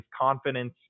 confidence